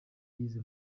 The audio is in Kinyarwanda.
yize